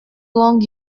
long